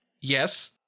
Yes